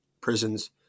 prisons